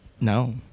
No